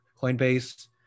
Coinbase